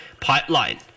pipeline